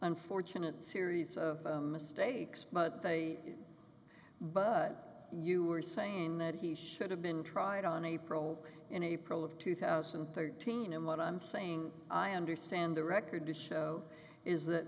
unfortunate series of mistakes but they but you were saying that he should have been tried on april in april of two thousand and thirteen and what i'm saying i understand the record to show is that